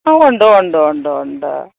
ആ ഉണ്ട് ഉണ്ട് ഉണ്ട് ഉണ്ട്